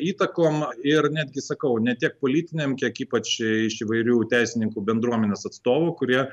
įtakom ir netgi sakau ne tiek politinėm kiek ypač iš įvairių teisininkų bendruomenės atstovų kurie